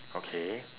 okay